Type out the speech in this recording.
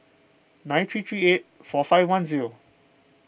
nine three three eight four five one zero